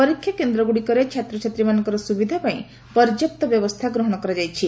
ପରୀକ୍ଷା କେନ୍ଦ୍ରଗୁଡ଼ିକରେ ଛାତ୍ରଛାତ୍ରୀମାନଙ୍କର ସୁବିଧା ପାଇଁ ପର୍ଯ୍ୟାପ୍ତ ବ୍ୟବସ୍ଥା ଗ୍ରହଣ କରାଯାଇଛି